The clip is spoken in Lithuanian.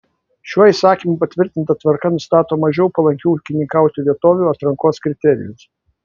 šiuo įsakymu patvirtinta tvarka nustato mažiau palankių ūkininkauti vietovių atrankos kriterijus